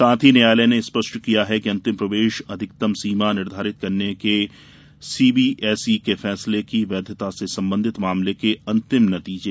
साथ ही न्यायालय ने स्पष्ट किया है कि अंतिम प्रवेश अधिकतम सीमा निर्धारित करने के सीबीएसई के फैसले की वैधता से संबंधित मामले के अंतिम नतीजे पर निर्भर करेगा